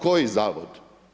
Koji Zavod?